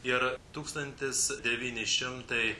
ir tūkstantis devyni šimtai